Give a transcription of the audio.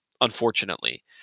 unfortunately